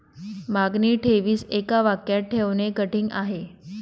मागणी ठेवीस एका वाक्यात ठेवणे कठीण आहे